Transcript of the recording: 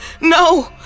No